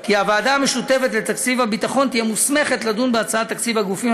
כי הוועדה המשותפת לתקציב הביטחון תהיה מוסמכת לדון בהצעת תקציב הגופים